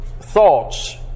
thoughts